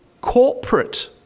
corporate